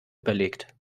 überlegt